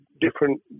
different